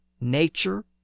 nature